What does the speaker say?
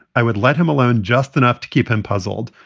i would let him alone just enough to keep him puzzled.